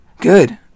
Good